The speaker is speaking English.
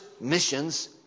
missions